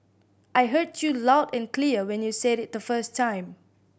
I heard you loud and clear when you said it the first time